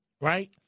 right